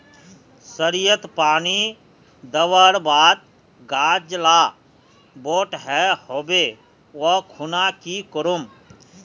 सरिसत पानी दवर बात गाज ला बोट है होबे ओ खुना की करूम?